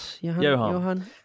Johan